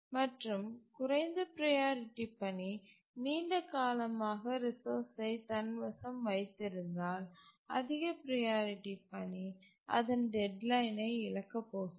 மற்றும் குறைந்த ப்ரையாரிட்டி பணி நீண்ட காலமாக ரிசோர்ஸ்சை தன்வசம் வைத்திருந்தால் அதிக ப்ரையாரிட்டி பணி அதன் டெட்லைனை இழக்கப் போகிறது